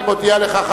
אני מודיע לך,